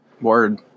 Word